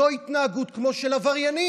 זו התנהגות כמו של עבריינים.